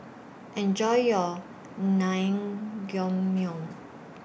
Enjoy your